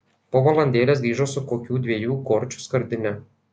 po valandėlės grįžo su kokių dviejų gorčių skardine